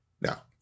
Now